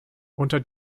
unter